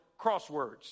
Crosswords